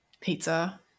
Pizza